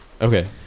Okay